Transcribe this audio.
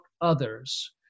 others